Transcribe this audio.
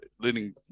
leading